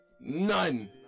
none